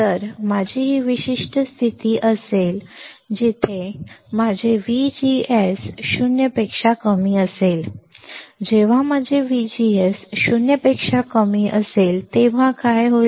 तर जर माझी ही विशिष्ट स्थिती असेल जिथे माझे VGS 0 पेक्षा कमी असेल जेव्हा माझे VGS 0 पेक्षा कमी असेल तेव्हा काय होईल